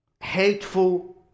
hateful